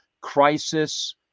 Crisis